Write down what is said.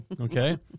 Okay